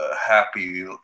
Happy